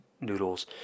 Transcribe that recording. Noodles